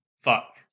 Fuck